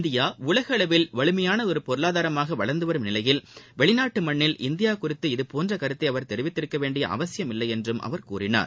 India உலக அளவில் வலிமையானதொரு பொருளாதாரமாக வளர்ந்து வரும் நிலையில் வெளிநாட்டு மண்ணில் இந்தியா குறித்து இது போன்ற கருத்தை அவர் தெரிவித்து இருக்கவேண்டிய அவசியம் இல்லை என்றும் அவர் கூறினார்